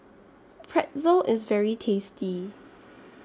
Pretzel IS very tasty